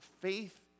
faith